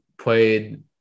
played